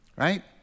Right